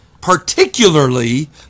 Particularly